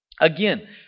Again